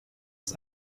des